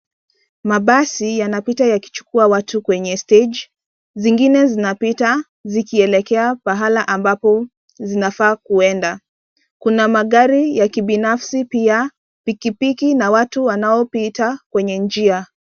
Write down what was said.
Mabasi yanapita yakichukua watu kwenye stage . Zingine zinapita zikielekea pahala ambapo zinafaa kuenda. Kuna magari ya kibinafsi pia, pikipiki na watu wanaopita kwenye njia.